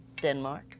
Denmark